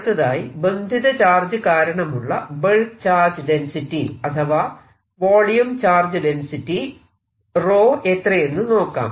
അടുത്തതായി ബന്ധിത ചാർജ് കാരണമുള്ള ബൾക്ക് ചാർജ് ഡെൻസിറ്റി അഥവാ വോളിയം ചാർജ് ഡെൻസിറ്റി 𝜌 എത്രയെന്നു നോക്കാം